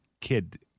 kid